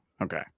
Okay